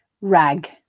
Rag